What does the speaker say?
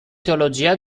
teologia